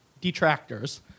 detractors